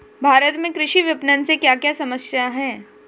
भारत में कृषि विपणन से क्या क्या समस्या हैं?